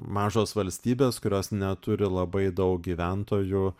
mažos valstybės kurios neturi labai daug gyventojų